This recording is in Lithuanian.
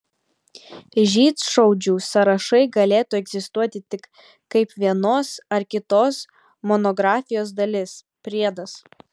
žydšaudžių sąrašai galėtų egzistuoti tik kaip vienos ar kitos monografijos dalis priedas